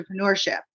entrepreneurship